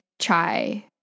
Chai